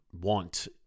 want